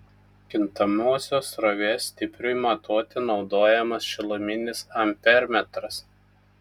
kintamosios srovės stipriui matuoti naudojamas šiluminis ampermetras